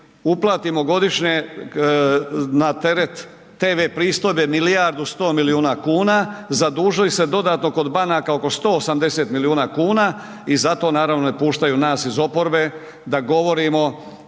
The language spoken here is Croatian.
uplatimo godišnje na teret TV pristojbe milijardu 100 milijuna kuna, zadužuju se dodatno kod banaka oko 180 milijuna kuna i zato naravno ne puštaju nas iz oporbe da govorimo